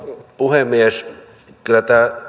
puhemies ei tätä